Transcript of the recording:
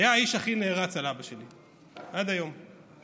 היה האיש הכי נערץ על אבא שלי, עד היום שנפטר,